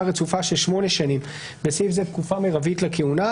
רצופה של שמונה שנים (בסעיף זה תקופה מרבית לכהונה),